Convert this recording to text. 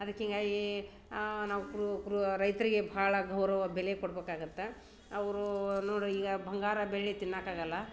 ಅದ್ಕೆ ಈಗ ಏ ನಾವು ಕ್ರು ಕ್ರು ರೈತರಿಗೆ ಬಹಳ ಗೌರವ ಬೆಲೆ ಕೊಡ್ಬೇಕಾಗುತ್ತೆ ಅವರು ನೋಡು ಈಗ ಬಂಗಾರ ಬೆಳ್ಳಿ ತಿನ್ನೋಕ್ಕಾಗೋಲ್ಲ